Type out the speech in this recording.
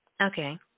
Okay